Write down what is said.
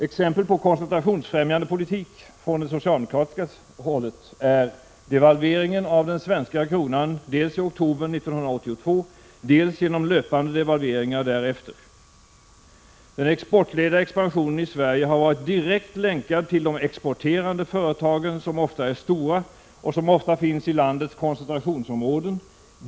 Exempel på koncentrationsfrämjande politik från socialdemokratiskt håll är devalveringen av den svenska kronan, dels i oktober 1982, dels genom löpande devalveringar därefter. Den exportledda expansionen i Sverige har varit direkt länkad till de exporterande företagen, som ofta är stora och som ofta finns i landets koncentrationsområden.